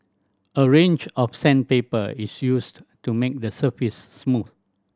a range of sandpaper is used to make the surface smooth